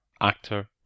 actor